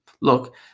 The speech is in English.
Look